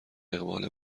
اقبال